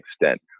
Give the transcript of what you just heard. extent